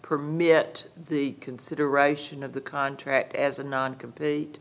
permit the consideration of the contract as a non compete